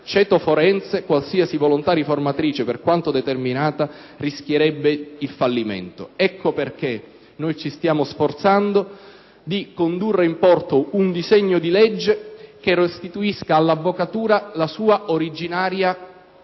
ceto forense qualsiasi volontà riformatrice, per quanto determinata, rischierebbe il fallimento. Ecco perché noi ci stiamo sforzando di condurre in porto un disegno di legge che restituisca all'avvocatura la sua originaria